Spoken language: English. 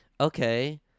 okay